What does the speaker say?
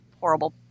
horrible